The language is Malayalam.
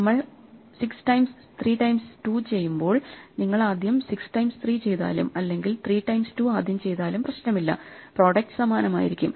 നമ്മൾ 6 ടൈംസ് 3 ടൈംസ് 2 ചെയ്യുമ്പോൾ നിങ്ങൾ ആദ്യം 6 ടൈംസ് 3 ചെയ്താലും അല്ലെങ്കിൽ 3 ടൈംസ് 2 ആദ്യം ചെയ്താലും പ്രശ്നമില്ല പ്രോഡക്ട് സമാനമായിരിക്കും